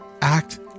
act